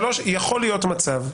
יכול להיות מצב,